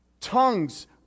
Tongues